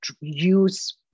use